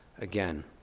again